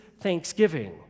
thanksgiving